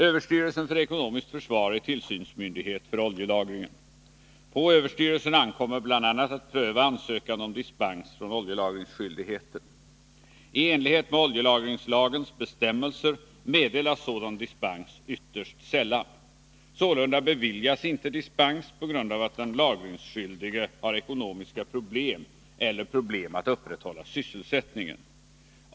Överstyrelsen för ekonomiskt försvar är tillsynsmyndighet för oljelagringen. På överstyrelsen ankommer bl.a. att pröva ansökan om dispens från oljelagringsskyldigheten. I enlighet med oljelagringslagens bestämmelser meddelas sådan dispens ytterst sällan. Sålunda beviljas inte dispens på grund av att den lagringsskyldige har ekonomiska problem eller problem att upprätthålla sysselsättningen.